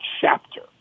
chapter